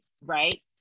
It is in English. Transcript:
right